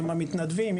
עם המתנדבים,